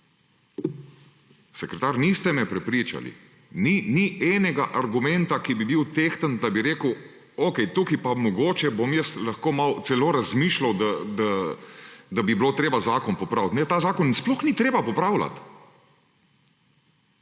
sekretar niste me prepričali! Ni enega argumenta, ki bi bil tehten, da bi rekel, okej, tukaj pa bom mogoče lahko malo celo razmišljal, da bi bilo treba zakon popraviti. Ne! Tega zakona sploh ni treba popravljati,